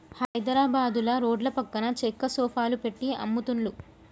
హైద్రాబాదుల రోడ్ల పక్కన చెక్క సోఫాలు పెట్టి అమ్ముతున్లు